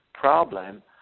problem